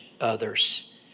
others